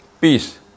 peace